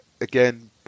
Again